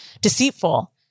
deceitful